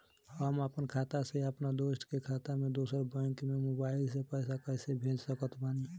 हम आपन खाता से अपना दोस्त के खाता मे दोसर बैंक मे मोबाइल से पैसा कैसे भेज सकत बानी?